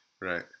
Right